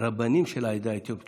רבנים של העדה האתיופית,